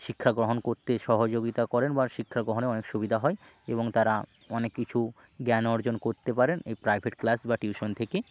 শিক্ষা গ্রহণ করতে সহযোগিতা করেন বা শিক্ষা গ্রহণে অনেক সুবিধা হয় এবং তারা অনেক কিছু জ্ঞান অর্জন করতে পারেন এই প্রাইভেট ক্লাস বা টিউশন থেকে